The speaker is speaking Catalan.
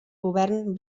govern